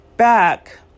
Back